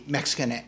Mexican